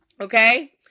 Okay